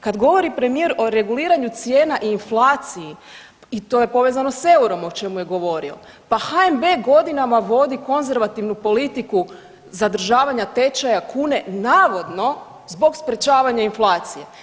Kad govori premijer o reguliranju cijena i inflaciji i to je povezano s eurom o čemu je govorio, pa HNB godinama vodi konzervativnu politiku zadržavanja tečaja kune navodno zbog sprječavanja inflacije.